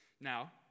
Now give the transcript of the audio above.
Now